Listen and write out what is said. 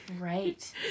Right